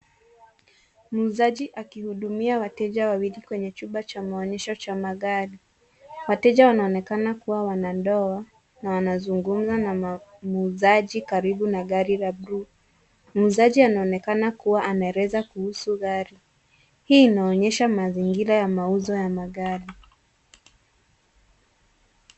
Muuzaji akihudumia wateja wawili kwenye chumba cha maonyesho cha magari. Wateja wanaonekana kuwa wanandoa na wanazungumza na muuzaji karibu na gari la buluu. Muuzaji anaonekana kuwa anaeleza kuhusu gari. Hii inaonyesha mazingira ya mauzo ya magari.